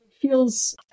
feels